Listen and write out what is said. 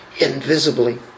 invisibly